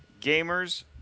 Gamers